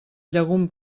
llegum